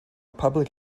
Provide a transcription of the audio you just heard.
public